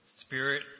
Spirit